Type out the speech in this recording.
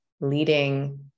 leading